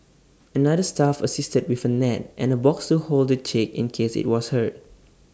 another staff assisted with A net and A box to hold the chick in case IT was hurt